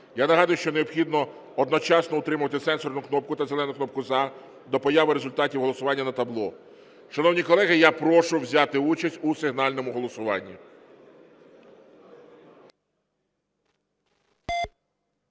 Я нагадую, що необхідно одночасно утримувати сенсорну кнопку та зелену кнопку "За" до появи результатів голосування на табло. Шановні колеги, я прошу взяти участь у сигнальному голосуванні.